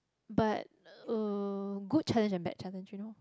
but uh good challenge and bad challenge you know